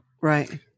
Right